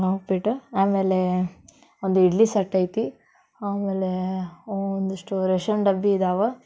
ಉಪ್ಪಿಟ್ಟು ಆಮೇಲೆ ಒಂದು ಇಡ್ಲಿ ಸೆಟ್ ಐತಿ ಆಮೇಲೆ ಒಂದಿಷ್ಟು ರೇಷನ್ ಡಬ್ಬ ಇದಾವೆ